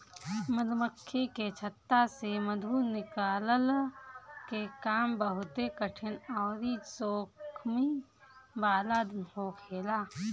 मधुमक्खी के छत्ता से मधु निकलला के काम बहुते कठिन अउरी जोखिम वाला होखेला